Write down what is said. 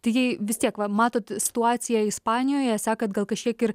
tai jei vis tiek va matot situaciją ispanijoje sekat gal kažkiek ir